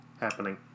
happening